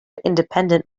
independent